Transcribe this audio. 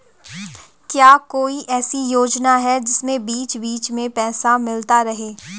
क्या कोई ऐसी योजना है जिसमें बीच बीच में पैसा मिलता रहे?